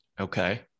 Okay